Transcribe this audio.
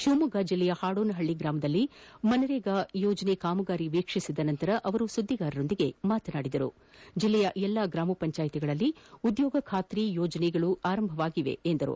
ಶಿವಮೊಗ್ಗ ಜಿಲ್ಲೆಯ ಹಾಡೋನಹಳ್ಳಿ ಗ್ರಾಮದಲ್ಲಿ ಮನ್ರೇಗಾ ಯೋಜನೆ ಕಾಮಗಾರಿ ವೀಕ್ಷಿಸಿದ ನಂತರ ಸುದ್ದಿಗಾರರೊಂದಿಗೆ ಅವರು ಮಾತನಾಡಿ ಜಿಲ್ಲೆಯ ಎಲ್ಲಾ ಗ್ರಾಮ ಪಂಚಾಯಿತಿಗಳಲ್ಲಿ ಉದ್ದೋಗ ಖಾತ್ರಿ ಯೋಜನೆಗಳು ಪ್ರಾರಂಭವಾಗಿದೆ ಎಂದರು